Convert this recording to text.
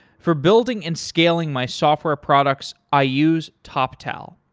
for building and scaling my software products i use toptal.